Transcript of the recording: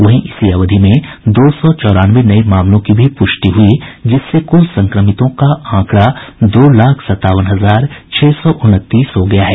वहीं इसी अवधि में दो सौ चौरानवे नये मामलों की भी पुष्टि हुई जिससे कुल संक्रमितों का आंकड़ा दो लाख सत्तावन हजार छह सौ उनतीस हो गया है